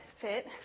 fit